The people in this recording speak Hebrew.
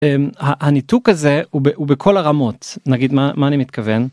הניתוק הזה הוא בכל הרמות. נגיד' מה אני מתכוון.